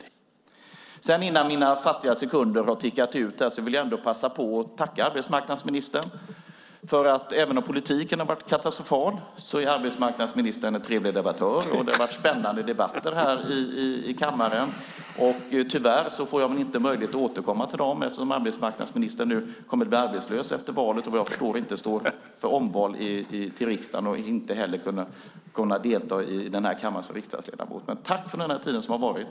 Innan mina fattiga sekunder har tickat ut här vill jag ändå passa på att tacka arbetsmarknadsministern. Även om politiken har varit katastrofal är arbetsmarknadsministern en trevlig debattör. Det har varit spännande debatter i kammaren. Tyvärr får jag väl inte möjlighet att återkomma till dem eftersom arbetsmarknadsministern efter valet kommer att bli arbetslös. Vad jag förstår står han inte till förfogande för omval till riksdagen, och därför kan han inte delta i kammaren som riksdagsledamot. Tack för tiden som har varit!